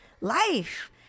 life